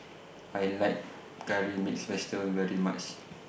I like Curry Mixed Vegetable very much